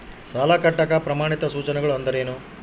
ಸಾಲ ಕಟ್ಟಾಕ ಪ್ರಮಾಣಿತ ಸೂಚನೆಗಳು ಅಂದರೇನು?